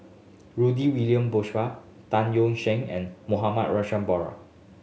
Rudy William Mosbergen Tan Yeok Seong and Mohamed Rozani